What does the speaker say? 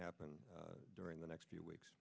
happen during the next few weeks